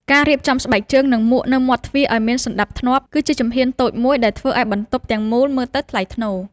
ការរៀបចំស្បែកជើង និងមួកនៅមាត់ទ្វារឱ្យមានសណ្ដាប់ធ្នាប់ គឺជាជំហានតូចមួយដែលធ្វើឱ្យបន្ទប់ទាំងមូលមើលទៅថ្លៃថ្នូរ។